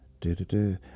Do-do-do